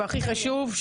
והכי חשוב,